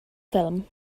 ffilm